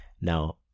now